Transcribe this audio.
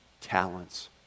talents